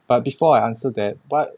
but before I answer that but